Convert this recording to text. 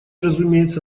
разумеется